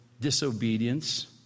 disobedience